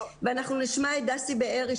ואנחנו נשמע את דסי בארי,